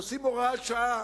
עושים הוראת שעה,